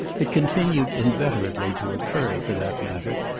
it continued inveterately to occur, for that matter,